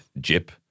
Jip